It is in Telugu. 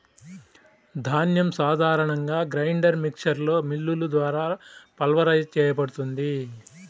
ధాన్యం సాధారణంగా గ్రైండర్ మిక్సర్లో మిల్లులు ద్వారా పల్వరైజ్ చేయబడుతుంది